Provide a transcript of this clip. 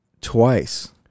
twice